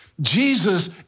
Jesus